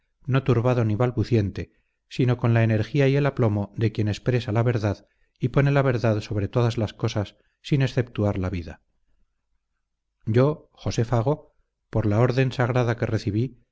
no turbado ni balbuciente sino con la energía y el aplomo de quien expresa la verdad y pone la verdad sobre todas las cosas sin exceptuar la vida yo josé fago por la orden sagrada que recibí